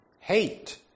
hate